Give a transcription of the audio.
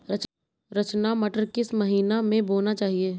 रचना मटर किस महीना में बोना चाहिए?